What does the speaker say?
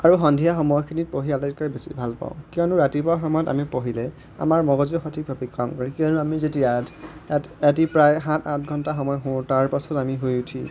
আৰু সন্ধিয়া সময়খিনিত পঢ়ি আটাইতকৈ বেছি ভাল পাওঁ কিয়নো ৰাতিপুৱা সময়ত আমি পঢ়িলে আমাৰ মগজু সঠিকভাৱে কাম কৰে কিয়নো আমি যেতিয়া ইয়াত ৰাতি প্ৰায় সাত আঠ ঘণ্টা সময় শুও তাৰ পাছত আমি শুই উঠি